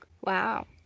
Wow